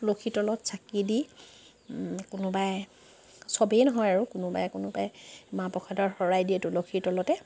তুলসীৰ তলত চাকি দি কোনোবাই চবেই নহয় আৰু কোনোবাই কোনোবাই মাহ প্ৰসাদৰ শৰাই দিয়ে তুলসীৰ তলতে